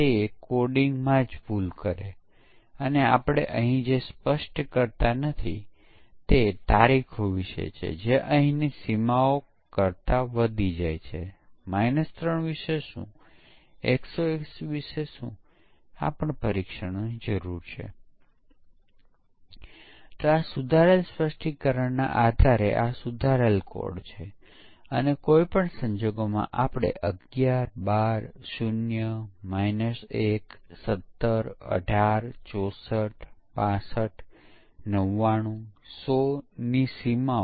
આ વિશે આપણે છેલ્લા સત્રમાં ચર્ચા કરી હતી અને આપણે કહ્યું હતું કે ખરેખર તે સોફ્ટવેરના પ્રકાર અને વિશિષ્ટ એપ્લિકેશન પર આધારિત છે પરંતુ તે પછી બગ તપાસના દરના આધારે શરૂઆતમાં યુનિટ સમય દીઠ મોટી સંખ્યામાં ભૂલો શોધી કાવામાં આવે છે અને બગ રિપોર્ટનો દર સમય સાથે નીચે આવે છે